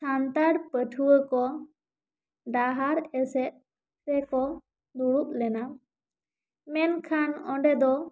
ᱥᱟᱱᱛᱟᱲ ᱯᱟᱹᱴᱷᱩᱣᱟᱹ ᱠᱚ ᱰᱟᱦᱟᱨ ᱮᱥᱮᱫ ᱥᱮ ᱠᱚ ᱫᱩᱲᱩᱵ ᱞᱮᱱᱟ ᱢᱮᱱᱠᱷᱟᱱ ᱚᱸᱰᱮ ᱫᱚ